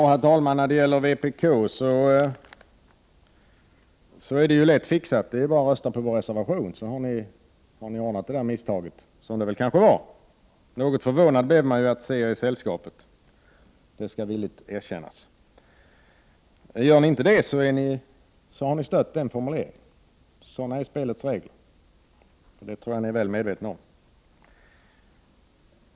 Herr talman! När det gäller vpk är det lätt fixat: det är bara att rösta för miljöpartiets reservation så har ni rättat till misstaget, som det kanske var. Jag blev något förvånad över att se er i sällskapet, det skall jag villigt erkänna. Om ni inte röstar för vår reservation har ni stött utskottets formulering — sådana är spelets regler, vilket jag tror ni är väl medvetna om.